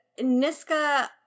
Niska